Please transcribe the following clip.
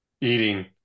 eating